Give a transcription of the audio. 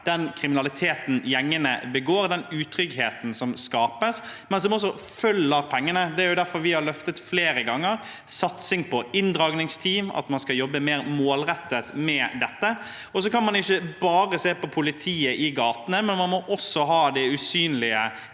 den kriminaliteten gjengene begår, og den utryggheten som skapes, men som også følger pengene. Det er derfor vi flere ganger har løftet fram satsing på inndragningsteam og at man skal jobbe mer målrettet med dette. Man kan ikke bare se på politiet i gatene, men man må også ha de usynlige